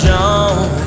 John